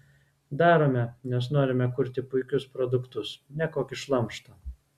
darome nes norime kurti puikius produktus ne kokį šlamštą